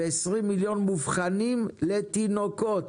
ו-20 מיליון מובחנים לתינוקות,